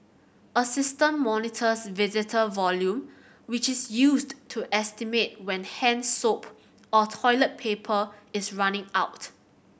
a system monitors visitor volume which is used to estimate when hand soap or toilet paper is running out